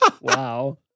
Wow